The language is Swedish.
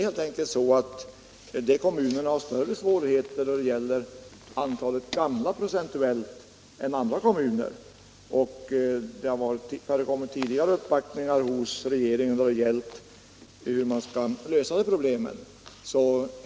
Dessa kommuner har faktiskt större svårigheter när det gäller det procentuella antalet gamla än andra kommuner, och det har tidigare förekommit uppvaktningar hos regeringen då det gällt hur man skall lösa dessa problem.